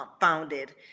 founded